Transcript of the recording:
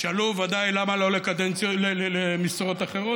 ישאלו, ודאי, למה לא למשרות אחרות.